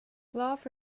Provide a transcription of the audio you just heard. love